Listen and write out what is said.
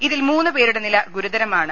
ഇതിൽ മൂന്നുപേരുടെ നില ഗുരുതരമാണ്